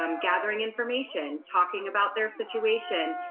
um gathering information, talking about their situation,